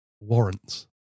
warrants